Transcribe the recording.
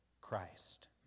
Christ